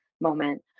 moment